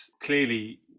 clearly